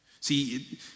See